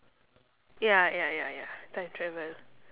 ya ya ya ya time travel